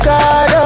God